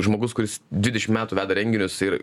žmogus kuris dvidešim metų veda renginius ir